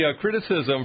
criticism